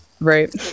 right